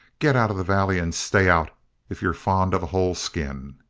get out of the valley and stay out if you're fond of a whole skin!